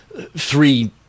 three